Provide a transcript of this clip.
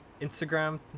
Instagram